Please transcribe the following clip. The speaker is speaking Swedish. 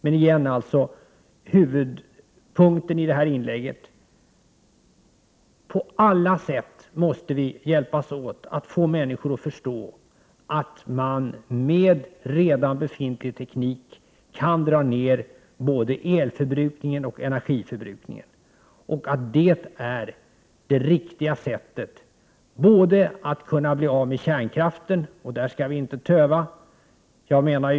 Återigen: Det huvudsakliga budskapet i det här inlägget är att vi på alla sätt måste hjälpas åt för att få människor att förstå att det är möjligt att med redan befintlig teknik minska såväl elförbrukningen som energiförbrukningen. Det är det enda riktiga när det gäller att bli av med kärnkraften. Där skall vi inte töva i fråga om åtgärder.